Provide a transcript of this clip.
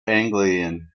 anglian